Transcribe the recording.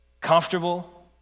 comfortable